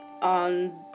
on